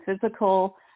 physical